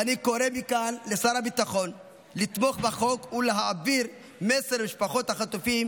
ואני קורא מכאן לשר הביטחון לתמוך בחוק ולהעביר מסר למשפחות החטופים